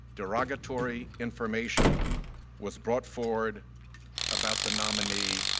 derogatory information was brought forward about the nominee,